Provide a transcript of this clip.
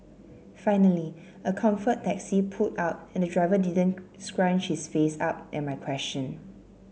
finally a Comfort taxi pulled up and the driver didn't scrunch his face up at my question